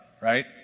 Right